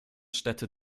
städte